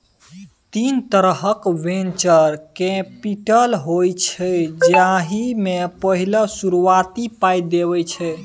तीन तरहक venture capital होइ छै जाहि मे पहिल शुरुआती पाइ देब छै